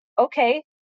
Okay